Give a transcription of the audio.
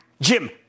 Jim